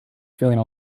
feeling